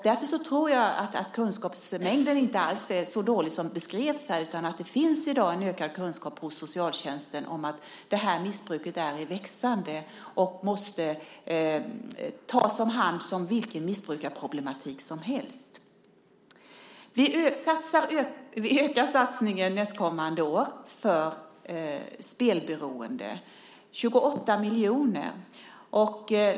Därför tror jag att kunskapsmängden inte alls är så dålig som det beskrevs här utan att det finns en ökad kunskap i dag hos socialtjänsten om att detta missbruk är i växande och måste tas om hand som vilken missbrukarproblematik som helst. Vi ökar satsningen nästkommande år för spelberoende - 28 miljoner.